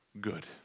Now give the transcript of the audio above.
Good